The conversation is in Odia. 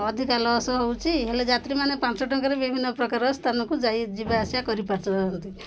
ଅଧିକା ଲସ୍ ହେଉଛି ହେଲେ ଯାତ୍ରୀମାନେ ପାଞ୍ଚ ଟଙ୍କାରେ ବିଭିନ୍ନ ପ୍ରକାର ସ୍ଥାନକୁ ଯାଇ ଯିବା ଆସିବା କରିପାରୁଛନ୍ତି